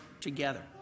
together